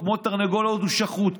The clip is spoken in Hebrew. כמו תרנגול הודו שחוט.